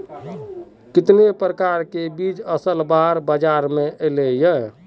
कितने प्रकार के बीज असल बार बाजार में ऐले है?